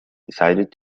decided